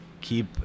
keep